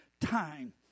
time